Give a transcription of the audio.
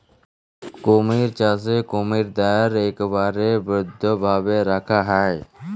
কুমির চাষে কুমিরদ্যার ইকবারে বদ্ধভাবে রাখা হ্যয়